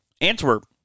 Antwerp